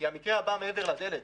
כי המקרה הבא הוא מעבר לדלת.